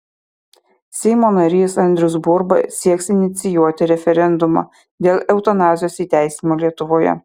seimo narys andrius burba sieks inicijuoti referendumą dėl eutanazijos įteisinimo lietuvoje